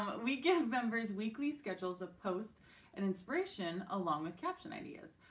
we give members weekly schedules of posts and inspiration along with caption ideas.